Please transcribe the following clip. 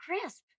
crisp